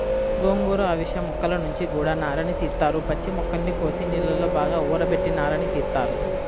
గోంగూర, అవిశ మొక్కల నుంచి గూడా నారని తీత్తారు, పచ్చి మొక్కల్ని కోసి నీళ్ళలో బాగా ఊరబెట్టి నారని తీత్తారు